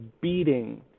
beating